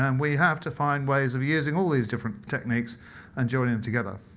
um we have to find ways of using all these different techniques and joining them together.